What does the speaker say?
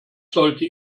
sollte